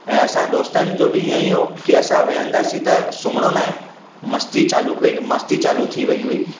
ऐं असां दोस्तनि जो बि इएं ई हो की असां वेहंदासीं त सुम्हणो नाहे मस्ती चालू कई मस्ती चालू थी वेई हुई